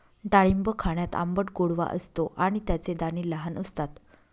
डाळिंब खाण्यात आंबट गोडवा असतो आणि त्याचे दाणे लहान असतात